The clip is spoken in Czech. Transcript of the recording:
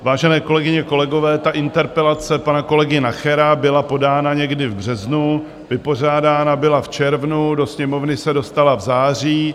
Vážené kolegyně, kolegové, interpelace pana kolegy Nachera byla podána někdy v březnu, vypořádána byla v červnu, do Sněmovny se dostala v září.